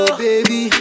baby